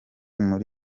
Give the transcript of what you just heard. muri